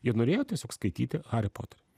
jie norėjo tiesiog skaityti harį poterį